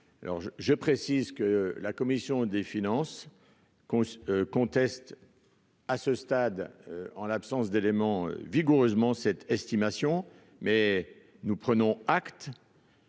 je précise que la commission des finances qu'on conteste. à ce stade, en l'absence d'éléments vigoureusement cette estimation mais nous prenons acte